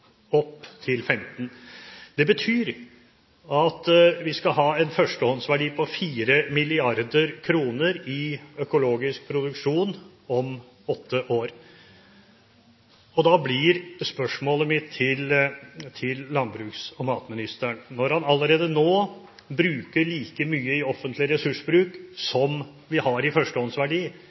opp til 15 pst. Det betyr at vi skal ha en førstehåndsverdi på 4 mrd. kr i økologisk produksjon om åtte år. Da blir spørsmålet mitt til landbruks- og matministeren: Når han allerede nå bruker like mye i offentlig ressursbruk som vi har i førstehåndsverdi,